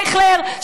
אייכלר,